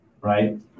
right